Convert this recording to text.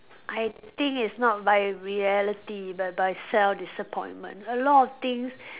I think it's not by reality but by self disappointment a lot of things